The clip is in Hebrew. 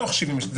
בתוך 72 שעות.